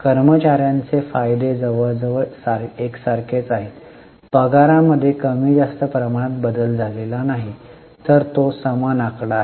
कर्मचार्यांचे फायदे जवळजवळ एकसारखेच आहेत पगारामध्ये कमी जास्त प्रमाणात बदल झालेला नाही तर तो समान आकडा आहे